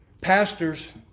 Pastors